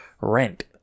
rent